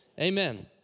Amen